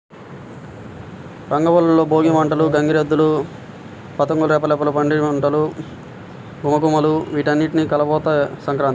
రంగవల్లులు, భోగి మంటలు, గంగిరెద్దులు, పతంగుల రెపరెపలు, పిండివంటల ఘుమఘుమలు వీటన్నింటి కలబోతే సంక్రాంతి